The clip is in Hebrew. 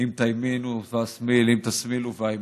אם תימינו ואשמאיל, אם תשמאילו ואימינה,